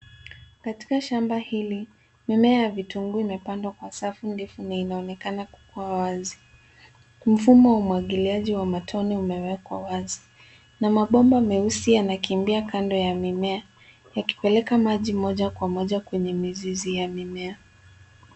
Katika shamba hili mimea ya vitunguu imepandwa kwa safu ndefu na inaonekana kukuwa wazi. Mfumo wa umwagiliaji wa matone umewekwa wazi na mabomba meusi yanakimbia kando ya mimea yakipeleka maji moja kwa moja kwenye mizizi ya mimea.